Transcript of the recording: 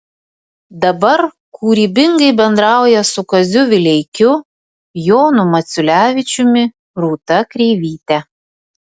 dabar kūrybingai bendrauja su kaziu vileikiu jonu maciulevičiumi rūta kreivyte